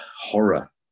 horror